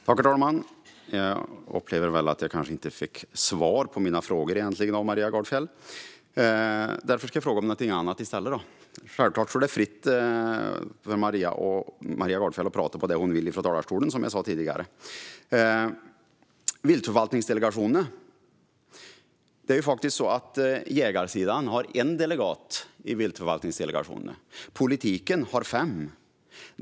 Herr talman! Jag upplever att jag egentligen kanske inte fick svar på mina frågor av Maria Gardfjell. Därför ska jag fråga om någonting annat. Självklart står det Maria Gardfjell fritt att tala om det hon vill från talarstolen, som jag sa tidigare. När det gäller viltförvaltningsdelegationerna har jägarsidan en delegat i dem och politiken har fem.